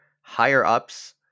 higher-ups